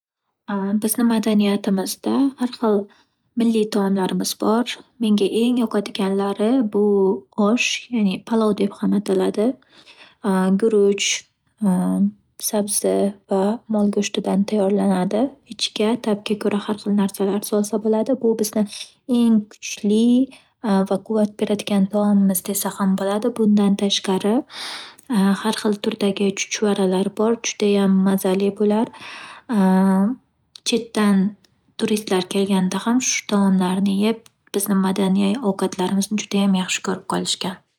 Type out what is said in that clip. Bizni madaniyatimizda har xil milliy taomlarimiz bor. Menga eng yoqadiganlari bu-osh, ya'ni palov deb ham ataladi. Guruch, sabzi va mol go'shtidan tayyorlanadi. Ichiga tabga ko'ra har xil narsalar solsa bo'ladi. Bu bizni eng kuchli va quvvat beradigan taomimiz desa ham bo'ladi. Bundan tashqari, har xil turdagi chuchvaralar bor, judayam mazali bular Chetdan turistlar kelganda ham, shu taomlarni yeb bizni madaniy ovqatlarimizni judayam yaxshi ko'rib qolishgan.